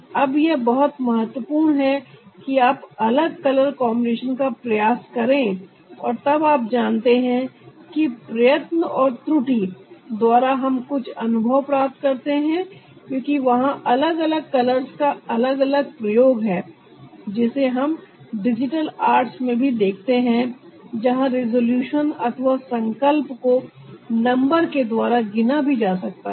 अब यह बहुत महत्वपूर्ण है कि आप अलग कलर कॉन्बिनेशन का प्रयास करें और तब आप जानते हैं कि प्रयत्न और त्रुटि द्वारा हम कुछ अनुभव प्राप्त करते हैं क्योंकि वहां अलग अलग कलर्स का अलग अलग प्रयोग है जिसे हम डिजिटल आर्ट्स में भी देखते हैं जहां रेजोल्यूशन अथवा संकल्प को नंबर के द्वारा गिना भी जा सकता है